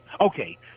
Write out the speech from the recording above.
Okay